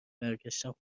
برگشتن